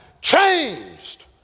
changed